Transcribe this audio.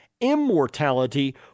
immortality